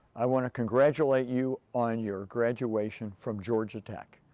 i wanna congratulate you on your graduation from georgia tech.